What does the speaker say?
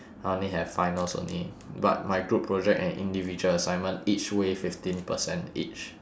I only have finals only but my group project and individual assignment each weigh fifteen percent each